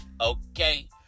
okay